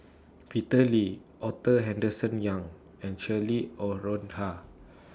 Peter Lee Arthur Henderson Young and Cheryl Noronha